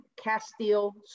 Castile